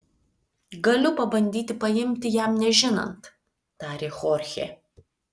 galiu pabandyti paimti jam nežinant tarė chorchė